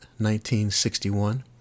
1961